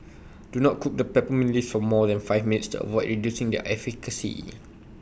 do not cook the peppermint leaves for more than five minutes to avoid reducing their efficacy